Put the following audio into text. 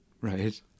Right